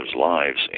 lives